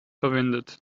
verwendet